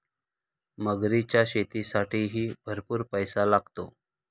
मगरीच्या शेतीसाठीही भरपूर पैसा लागतो